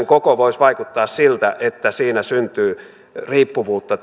koko voisi vaikuttaa siltä että siinä syntyy riippuvuutta